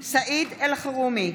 סעיד אלחרומי,